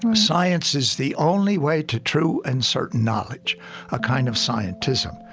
um science is the only way to true and certain knowledge a kind of scientism.